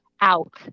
out